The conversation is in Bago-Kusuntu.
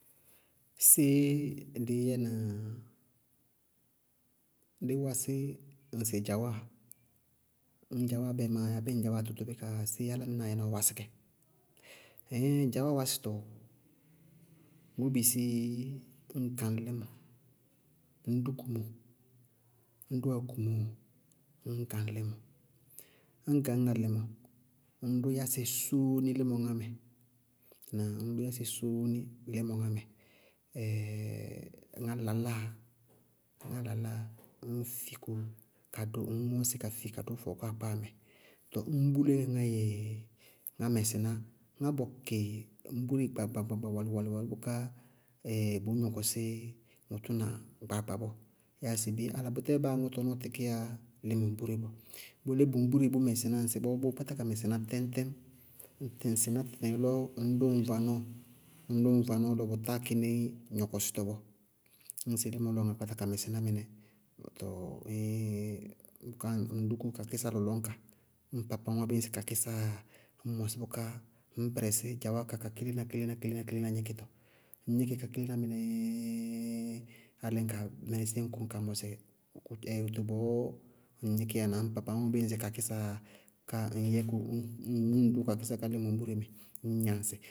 Séé dɩí yɛ na dí wásí ŋsɩ dzawáa ñŋ dzawáa bɛmáa bɛ dzawáa tʋtʋbɩka yáa, séé álámɩnáá yɛ ɔ wásí kɛ? Ɩɩŋ dzawáa wásɩtɔ, bʋʋ bisí ñ gañ lɩmɔ, ññ dʋ kumóo, ñ dʋwá kumóo, ññ gañ límɔ, ñ gañŋá límɔ ññ dʋ yásɛ sóóni límɔ ŋá mɛ, ŋnáa? Ññ dʋ yásɛ sóóni ŋá laláa, ññ fi kóo kadʋ ŋñ ŋʋñsɩ ka fi ka dʋ fɔɔkɔ akpáa mɛ. Tɔɔ ññ búlé ŋɛ ŋáyɛ, ŋá mɛsɩná, ŋá bɔyɛ ŋbúre gbaagba gbaagba gbaagba bʋká bʋʋ ŋɔkɔsí bʋ tʋna gbaagba bɔɔ, yáa sɩ bé álá bʋtɛɛ báa aŋʋ tɔnɔɔ tíkíyá ŋbúre bɔɔ. Bʋ yelé bʋ ŋbúre bʋ mɛsɩná ŋsɩbɔɔ bʋʋ kpáta ka mɛsɩná tɛñtɛñ, ŋtɩ ŋsɩ ná tɩtɩŋɛɛ lɔ ŋñ dʋ ŋ vanɔɔ ŋñ dʋ ŋ vanɔɔ lɔ bʋ tá kɩní gnɔkɔsítɔ bɔɔ, ñŋsɩ límɔ lɔ ŋa kpáta mɛsɩná mɩnɛ, tɔɔ ɛɛ bʋká ɩŋ dúkú kakísa lɔlɔñka. Ñŋ papawʋŋ wáa bíɩ kakísaá yáa ññ mɔsɩ bʋká ŋñ bɛrɛsí dzawáa ká ka kélená-kélená-kélená-kélená, gíkɩtɔ, ŋñ gníkɩ ka kélená mɩnɛɛɛ, álɩ ñkaa mɩnísíɩ ñ kɔŋ kaa mɔsɩ bɔɔ ŋŋ gníkíya na wóto ñŋsɩ papawʋŋ wáa ñŋsɩ kakísaá yáa, káá ŋñ yɛ kóo ñŋdʋ kakísaá ká límɔ ŋbúre mɛ, ññ gnaŋsɩ.